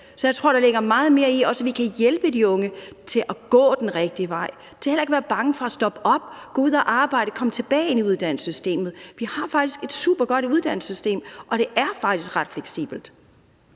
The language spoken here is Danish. Så jeg tror, der ligger meget mere i, at vi også kan hjælpe de unge til at gå den rigtige vej. De skal heller ikke være bange for at stoppe op, gå ud at arbejde og komme tilbage i uddannelsessystemet. Vi har faktisk et supergodt uddannelsessystem, og det er faktisk ret fleksibelt.